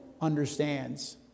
understands